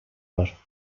var